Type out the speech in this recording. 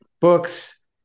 books